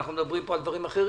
אנחנו מדברים פה על דברים אחרים,